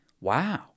wow